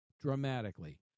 dramatically